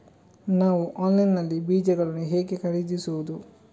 ನಾವು ಆನ್ಲೈನ್ ನಲ್ಲಿ ಬೀಜಗಳನ್ನು ಹೇಗೆ ಖರೀದಿಸುವುದು?